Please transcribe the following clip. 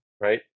right